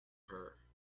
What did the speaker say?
her